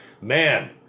Man